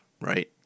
right